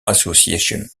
association